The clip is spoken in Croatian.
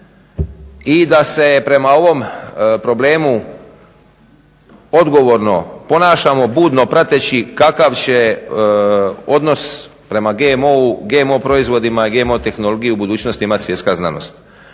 i da se prema ovom problemu odgovorno ponašamo budno prateći kakav će odnos prema GMO-u, GM proizvodima, GMO tehnologiji u budućnosti imati svjetska znanost.